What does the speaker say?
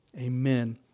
Amen